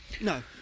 no